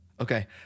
Okay